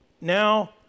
Now